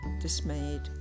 dismayed